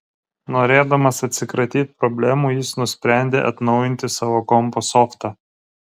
norėdamas atsikratyt problemų jis nusprendė atnaujinti savo kompo softą